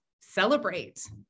celebrate